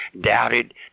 doubted